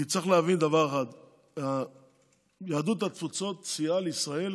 כי צריך להבין דבר אחד: יהדות התפוצות סייעה לישראל